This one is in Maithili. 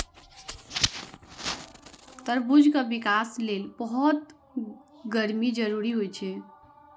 तरबूजक विकास लेल बहुत गर्मी जरूरी होइ छै